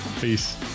Peace